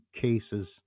cases